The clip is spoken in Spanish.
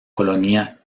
colonia